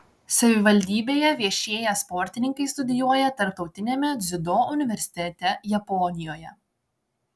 savivaldybėje viešėję sportininkai studijuoja tarptautiniame dziudo universitete japonijoje